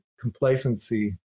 complacency